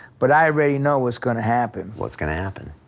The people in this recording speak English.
but i already know what's gonna happen. what's gonna happen?